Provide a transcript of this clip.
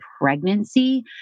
pregnancy